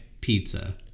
pizza